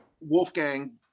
Wolfgang